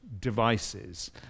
devices